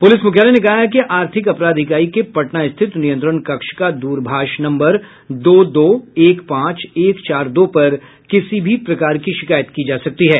police मुख्यालय ने कहा है कि आर्थिक अपराध इकाई के पटना स्थित नियंत्रण कक्ष का द्रभाष नम्बर दो दो एक पांच एक चार दो पर किसी भी प्रकार की शिकायत की जा सकती है